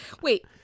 Wait